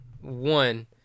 One